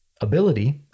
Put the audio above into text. Ability